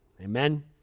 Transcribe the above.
amen